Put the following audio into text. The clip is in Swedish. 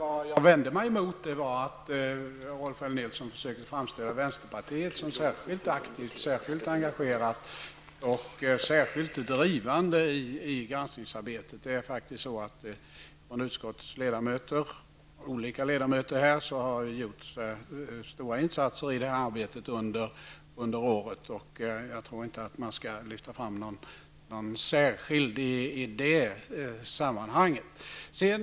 Vad jag vände mig mot var att Rolf L Nilson försökte framställa vänsterpartiet såsom särskilt aktivt, engagerat och drivande i granskningsarbetet. Flera ledamöter i utskottet har under året gjort stora insatser i detta arbete, och jag tror inte att man i detta sammanhang skall lyfta fram någon särskild ledamot.